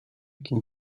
can